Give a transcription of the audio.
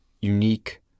unique